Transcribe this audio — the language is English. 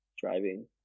driving